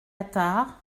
attard